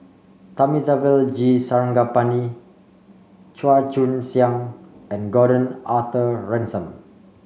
Thamizhavel G Sarangapani Chua Joon Siang and Gordon Arthur Ransome